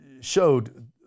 showed